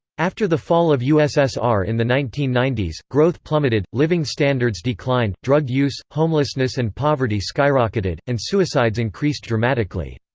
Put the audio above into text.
after the fall of ussr in the nineteen ninety s, growth plummeted, living standards declined, drug use, homelessness and poverty skyrocketed, and suicides increased dramatically.